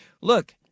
Look